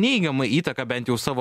neigiamą įtaką bent jau savo